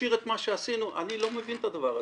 מכשיר את מה שעשינו", אני לא מבין את הדבר הזה.